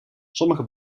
sommige